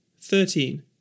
thirteen